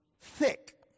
thick